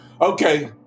Okay